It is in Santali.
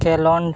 ᱠᱷᱮᱸᱞᱳᱰ